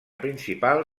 principal